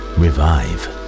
revive